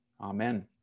Amen